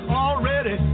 already